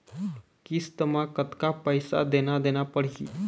किस्त म कतका पैसा देना देना पड़ही?